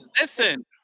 Listen